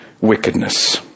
wickedness